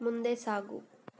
ಮುಂದೆ ಸಾಗು